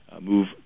move